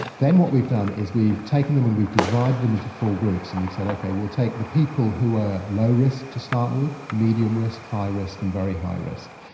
then what we've done is we've taken them and we've divided them into four groups, and we've said, okay, we'll take the people who are at low risk to start with, medium risk, high risk, and very high risk.